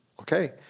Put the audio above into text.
okay